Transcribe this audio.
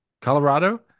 Colorado